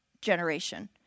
generation